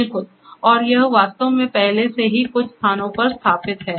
बिल्कुल और यह वास्तव में पहले से ही कुछ स्थानों पर स्थापित है